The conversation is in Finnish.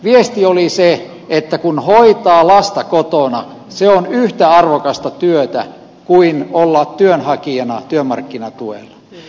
viesti oli se että kun hoitaa lasta kotona se on yhtä arvokasta työtä kuin olla työnhakijana työmarkkinatuella